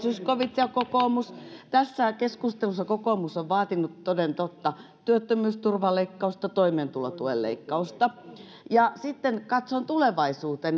zyskowicz ja kokoomus tässä keskustelussa kokoomus on vaatinut toden totta työttömyysturvaleikkausta ja toimeentulotuen leikkausta sitten katson tulevaisuuteen